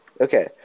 okay